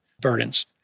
burdens